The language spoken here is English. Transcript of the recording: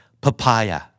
Papaya